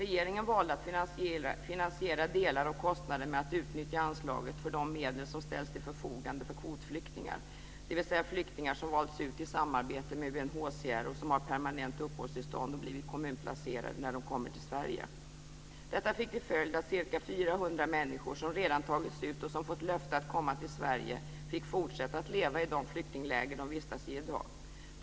Regeringen valde att finansiera delar av kostnaden med att utnyttja anslaget för de medel som ställts till förfogande för kvotflyktingar, dvs. flyktingar som valts ut i samarbete med UNHCR och som har permanent uppehållstillstånd och blivit kommunplacerade när de kommer till Sverige. Detta fick till följd att ca 400 människor som redan tagits ut och som fått löfte att komma till Sverige fick fortsätta att leva i de flyktingläger där de vistas i dag.